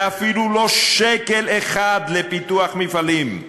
ואפילו לא שקל אחד לפיתוח מפעלים.